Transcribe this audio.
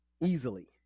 easily